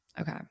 Okay